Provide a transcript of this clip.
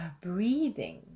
breathing